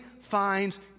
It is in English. finds